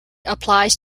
applies